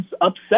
upset